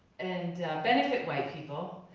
and benefit white people,